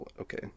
Okay